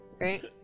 Right